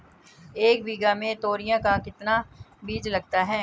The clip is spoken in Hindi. एक बीघा में तोरियां का कितना बीज लगता है?